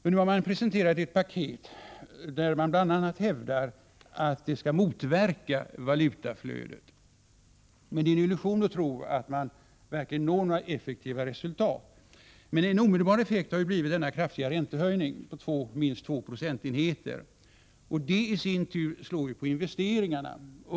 I samband med presentationen av sitt paket hävdar regeringen bl.a. att detta skall motverka valutautflödet. Det är emellertid en illusion att tro att man kommer att uppnå några effektiva resultat. En omedelbar effekt har ju blivit en kraftig räntehöjning med minst 2 procentenheter. Det i sin tur slår på investeringarna.